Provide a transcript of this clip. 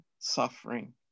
Suffering